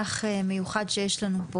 שהוא אורח מיוחד שנמצא פה